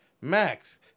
Max